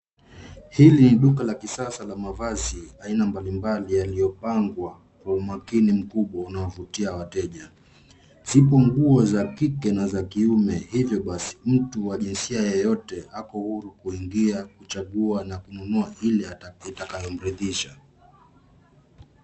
Hili ni duka la kisasa la mavazi aina mbalimbali yaliyopangwa kwa umakini mkubwa unaovutia wateja. Zipo nguo za kike na za kiume, hivyo basi mtu wa jinsia yoyote ako huru kuingia, kuchagua na kununua ile itakayomridhisha.